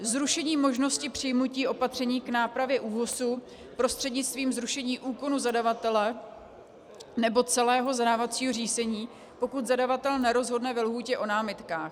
Zrušení možnosti přijmutí opatření k nápravě ÚOHSu prostřednictvím zrušení úkonu zadavatele nebo celého zadávacího řízení, pokud zadavatel nerozhodne ve lhůtě o námitkách.